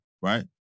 right